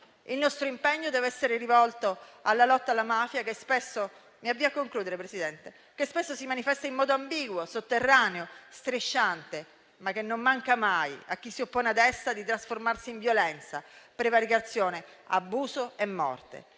Il nostro impegno deve essere rivolto alla lotta alla mafia, che spesso si manifesta in modo ambiguo, sotterraneo, strisciante, ma che non manca mai, a chi si oppone ad essa, di trasformarsi in violenza, prevaricazione, abuso e morte.